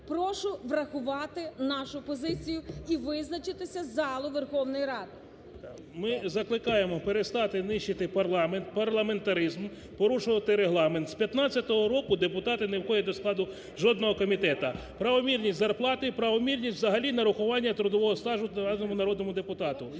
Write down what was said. Прошу врахувати нашу позицію і визначатися залу Верховної Ради. КАРПУНЦОВ В.В. Ми закликаємо перестати нищити парламент, парламентаризм, порушувати Регламент. З 2015 року депутати не входять до складу жодного комітету. Правомірність зарплати, правомірність взагалі нарахування трудового стажу народному депутату.